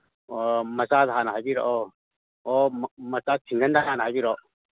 ꯑꯣ ꯃꯆꯥꯗ ꯍꯥꯟꯅ ꯍꯥꯏꯕꯤꯔꯛꯑꯣ ꯑꯣ ꯃꯆꯥ ꯁꯤꯡꯒꯜꯗ ꯍꯥꯟꯅ ꯍꯥꯏꯕꯤꯔꯛꯑꯣ